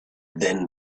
then